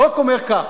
החוק אומר כך: